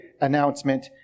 announcement